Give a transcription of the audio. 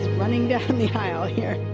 running down the aisle here.